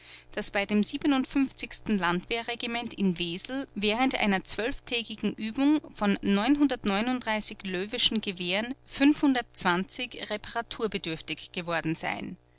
daß bei dem landwehren in wesel während einer zwölftägigen übung von löweschen gewehren reparaturbedürftig geworden seien